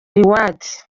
rewards